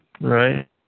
right